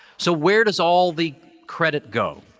so, where does all the credit go?